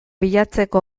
bilatzeko